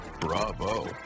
Bravo